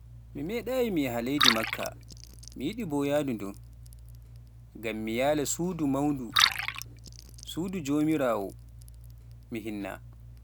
Mi meeɗaayi mi yaha leydi Makka, mi yiɗi boo yahdu ndun, ngam mi yaala Suudu Mawndu; Suudu Jowmiraawo mi hinna.